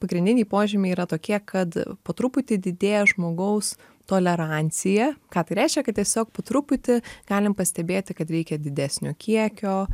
pagrindiniai požymiai yra tokie kad po truputį didėja žmogaus tolerancija ką tai reiškia kad tiesiog po truputį galim pastebėti kad reikia didesnio kiekio